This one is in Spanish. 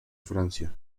francia